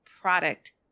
product